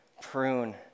prune